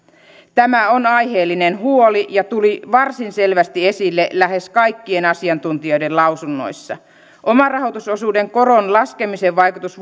tämä on aiheellinen huoli ja tuli varsin selvästi esille lähes kaikkien asiantuntijoiden lausunnoissa omarahoitusosuuden koron laskemisen vaikutus